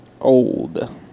Old